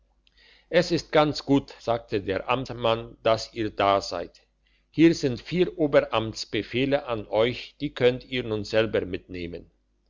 es ist ganz gut sagte der amtmann dass ihr da seid hier sind vier oberamtsbefehle an euch die könnt ihr nun selber mitnehmen